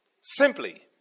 Simply